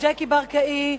לג'קי ברקאי,